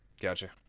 Gotcha